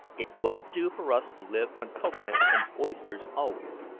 it won't do for us to live on cocoa-nuts and oysters always.